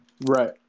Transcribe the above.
Right